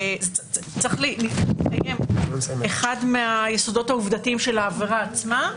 צריך להתקיים אחד מהיסודות העובדתיים של העבירה עצמה,